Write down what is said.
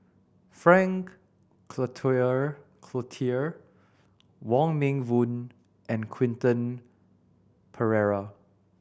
Frank Cloutier Wong Meng Voon and Quentin Pereira